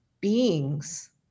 beings